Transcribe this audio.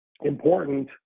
important